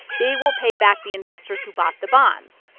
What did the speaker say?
they will pay back the investors who bought the bonds.